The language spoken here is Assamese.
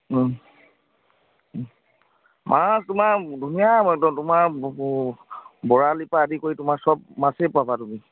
মাছ তোমাৰ ধুনীয়া একদম তোমাৰ বৰালি পা আদি কৰি তোমাৰ চব মাছেই পাবা তুমি